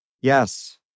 Yes